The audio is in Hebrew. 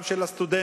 גם של הסטודנטים,